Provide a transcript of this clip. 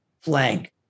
flank